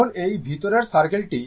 এখন এই ভিতরের সার্কেল টি